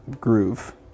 groove